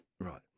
Right